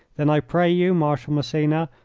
then i pray you, marshal massena,